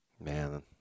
man